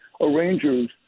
arranger's